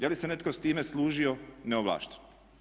Je li se netko s time služio neovlašteno?